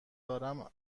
دارم